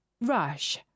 Rush